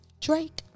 Drake